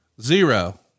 Zero